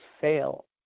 fail